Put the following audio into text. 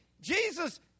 Jesus